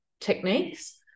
techniques